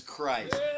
Christ